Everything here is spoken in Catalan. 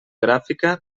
gràfica